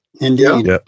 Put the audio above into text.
Indeed